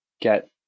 get